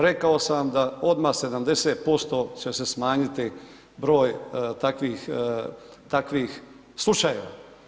Rekao sam odmah 70% će se smanjiti broj takvih slučajeva.